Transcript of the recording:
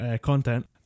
content